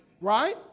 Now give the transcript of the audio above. right